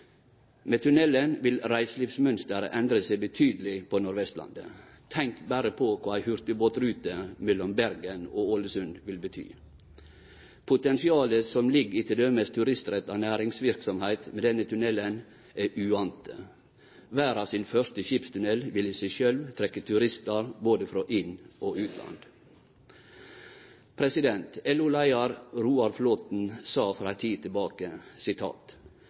Med tunnelen vil reiselivsmønsteret endre seg betydeleg på Nordvestlandet – tenk berre på kva ei hurtigbåtrute mellom Bergen og Ålesund vil bety. Potensialet som med denne tunnelen ligg i t.d. turistretta næringsverksemd, er stort. Den første skipstunnelen i verda vil i seg sjølv trekkje turistar både frå inn- og utland. LO-leiaren, Roar Flåthen, sa for ei tid tilbake: